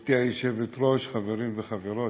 גברתי היושבת-ראש, חברים וחברות,